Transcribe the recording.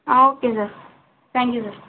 ah okay sir thank you sir